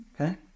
Okay